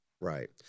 Right